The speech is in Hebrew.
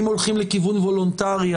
אם הולכים לכיוון וולונטרי,